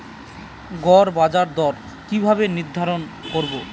গড় বাজার দর কিভাবে নির্ধারণ করব?